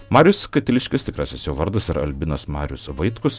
marius katiliškis tikrasis jo vardas yra albinas marius vaitkus